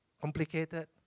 complicated